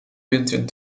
punten